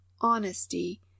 honesty